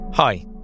Hi